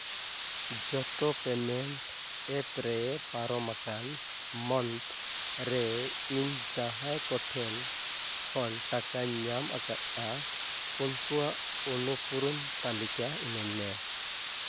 ᱡᱚᱛᱚ payment app ᱨᱮ ᱯᱟᱨᱚᱢᱟᱠᱟᱱ ᱢᱚᱱᱛᱷ ᱨᱮ ᱤᱧ ᱡᱟᱦᱟᱸᱭ ᱠᱚ ᱴᱷᱮᱱ ᱠᱷᱚᱱ ᱴᱟᱠᱟᱧ ᱧᱟᱢ ᱟᱠᱟᱫᱼᱟ ᱩᱱᱠᱩᱣᱟᱜ ᱚᱱᱩᱯᱩᱨᱩᱱ ᱛᱟᱹᱞᱤᱠᱟ ᱤᱢᱟᱹᱧ ᱢᱮ